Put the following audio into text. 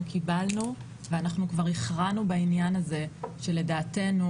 אנחנו קיבלנו ואנחנו כבר הכרענו בעניין הזה שלדעתנו